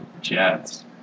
jets